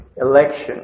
election